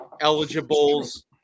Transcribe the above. eligibles